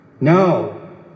No